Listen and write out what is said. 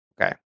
Okay